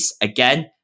again